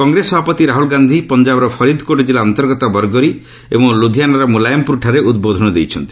କଂଗ୍ରେସ ସଭାପତି ରାହ୍ରଲ ଗାନ୍ଧି ପଞ୍ଜାବର ଫରିଦ୍କୋଟ୍ ଜିଲ୍ଲା ଅନ୍ତର୍ଗତ ବରଗରି ଏବଂ ଲ୍ରଧିଆନାର ମ୍ବଲାୟମପ୍ରରଠାରେ ଉଦ୍ବୋଧନ ଦେଇଛନ୍ତି